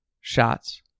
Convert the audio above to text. shots